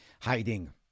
hiding